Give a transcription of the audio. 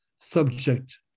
subject